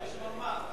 לי יש מה לומר.